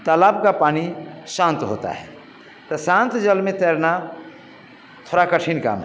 तालाब का पानी शांत होता है तो शांत जल में तैरना थोड़ा कठिन काम है